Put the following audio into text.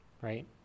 right